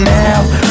now